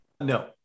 No